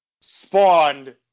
spawned